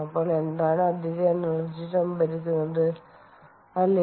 അപ്പോൾ എന്താണ് അധിക എനർജി സംഭരിക്കുന്നത് അല്ലേ